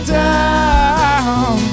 down